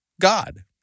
God